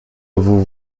vous